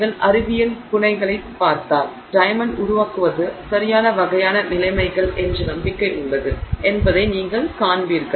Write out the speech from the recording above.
நீங்கள் அறிவியல் புனைகதைகளைப் பார்த்தால் டைமென்டை உருவாக்குவது சரியான வகையான நிலைமைகள் என்ற நம்பிக்கை உள்ளது என்பதை நீங்கள் காண்பீர்கள்